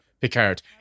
Picard